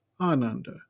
Ananda